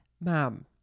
Mom